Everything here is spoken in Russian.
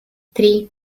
три